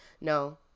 No